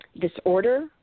disorder